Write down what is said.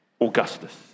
Augustus